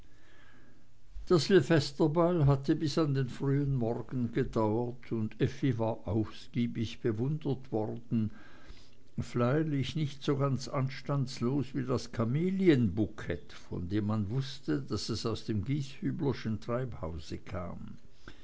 der silvesterball hatte bis an den frühen morgen gedauert und effi war ausgiebig bewundert worden freilich nicht ganz so anstandslos wie das kamelienbukett von dem man wußte daß es aus dem gieshüblerschen treibhaus kam